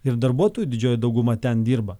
ir darbuotojų didžioji dauguma ten dirba